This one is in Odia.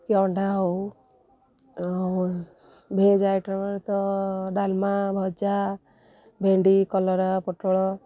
କି ଅଣ୍ଡା ହେଉ ଆଉ ଭେଜ୍ ଆଇଟମ୍ ତ ଡାଲ୍ମା ଭଜା ଭେଣ୍ଡି କଲରା ପୋଟଳ